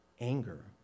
anger